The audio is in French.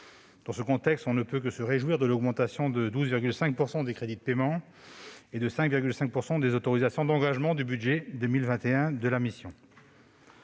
Dans ce contexte, on ne peut que se réjouir de l'augmentation de 12,5 % de ses crédits de paiement et de 5,5 % de ses autorisations d'engagement pour 2021. Ainsi,